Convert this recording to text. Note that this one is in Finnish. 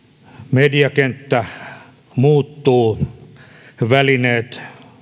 mediakenttä muuttuu välineet